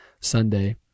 Sunday